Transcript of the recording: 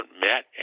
met